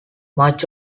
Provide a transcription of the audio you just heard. much